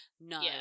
No